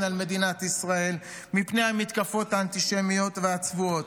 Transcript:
על מדינת ישראל מפני המתקפות האנטישמיות והצבועות.